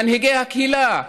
מנהיגי הקהילה,